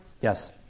Yes